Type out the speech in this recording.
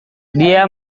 dia